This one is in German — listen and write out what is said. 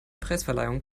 preisverleihung